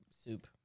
soup